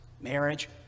marriage